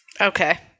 Okay